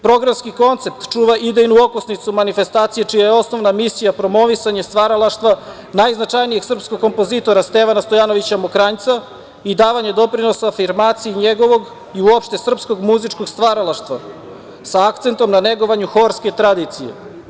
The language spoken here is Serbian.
Programski koncept čuva idejnu okosnicu manifestacije čija je osnovna misija promovisanje stvaralaštva najznačajnijeg srpskog kompozitora Stevana Stojanovića Mokranjca i davanje doprinosa afirmaciji njegovog i uopšte srpskog muzičkom stvaralaštva, sa akcentom na negovanje horske tradicije.